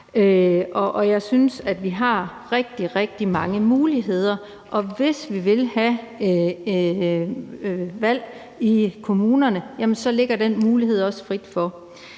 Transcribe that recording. Jeg synes, at vi har rigtig, rigtig mange muligheder, og hvis vi vil have valg i kommunerne, ligger den mulighed også frit for.